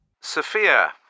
Sophia